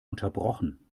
unterbrochen